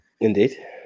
Indeed